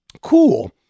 Cool